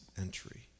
entry